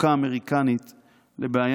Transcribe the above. החוקה האמריקנית לבעיה